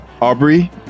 Aubrey